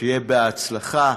שיהיה בהצלחה.